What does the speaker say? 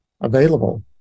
available